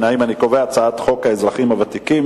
להעביר את הצעת חוק האזרחים הוותיקים